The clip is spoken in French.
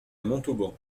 montauban